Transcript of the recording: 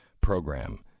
program